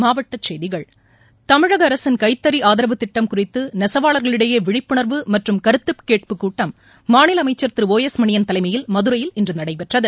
மாவட்டசெய்திகள் தமிழகஅரசின் கைத்தறிஆதரவுத்திட்டம் குறித்துநெசவாளர்களிடையேவிழிப்புணர்வு மற்றும் கருத்துகேட்பு கூட்டம் மாநிலஅமைச்சர் திரு ஓ எஸ் மணியன் தலைமையில் மதுரையில் இன்றுநடைபெற்றது